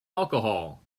alcohol